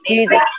Jesus